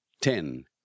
ten